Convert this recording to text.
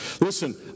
Listen